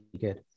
good